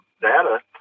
data